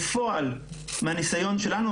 בפועל מהניסיון שלנו,